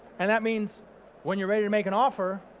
and that means when you're ready to make an offer,